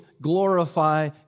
glorify